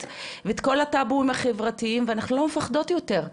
ואת כל הטאבואים החברתיים ואנחנו לא מפחדות יותר.